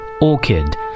orchid